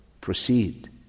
proceed